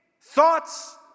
thoughts